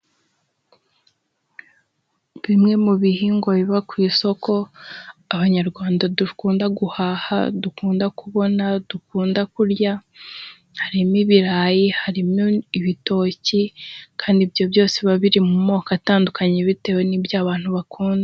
Bimwe mu bihingwa biba ku isoko, abanyarwanda dukunda guhaha dukunda kubona dukunda kurya, harimo ibirayi, harimo ibitoki, kandi ibyo byose biba biri mu moko atandukanye bitewe n'ibyo abantu bakunda.